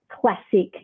classic